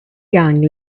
gang